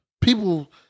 People